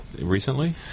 Recently